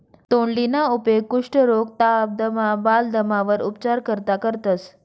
तोंडलीना उपेग कुष्ठरोग, ताप, दमा, बालदमावर उपचार करता करतंस